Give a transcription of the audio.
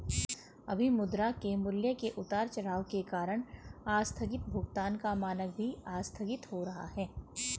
अभी मुद्रा के मूल्य के उतार चढ़ाव के कारण आस्थगित भुगतान का मानक भी आस्थगित हो रहा है